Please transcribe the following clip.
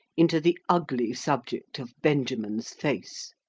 into the ugly subject of benjamin's face.